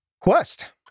Quest